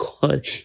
God